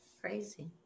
crazy